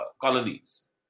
colonies